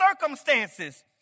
circumstances